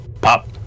pop